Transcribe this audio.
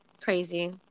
Crazy